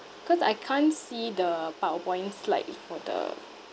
cause I can't see the powerpoint slide for the